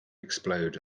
explode